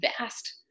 vast